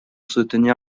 soutenir